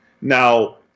Now